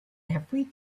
every